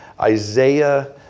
Isaiah